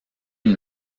une